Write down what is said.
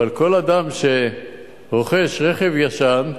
אבל כל אדם שרוכש רכב ישן,